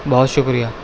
بہت شکریہ